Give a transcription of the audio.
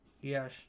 Yes